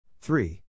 three